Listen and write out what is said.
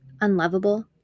unlovable